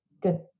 good